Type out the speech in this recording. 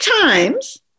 times